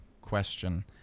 question